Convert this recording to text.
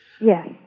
Yes